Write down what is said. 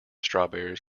strawberries